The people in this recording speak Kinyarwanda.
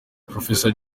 professor